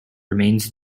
remains